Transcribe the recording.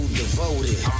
devoted